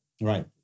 Right